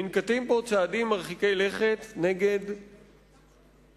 ננקטים פה צעדים מרחיקי לכת נגד פלסטינים,